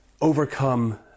overcome